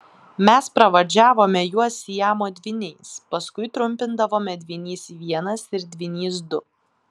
mes pravardžiavome juos siamo dvyniais paskui trumpindavome dvynys vienas ir dvynys du